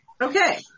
Okay